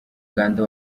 uganda